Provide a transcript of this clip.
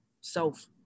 self